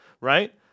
right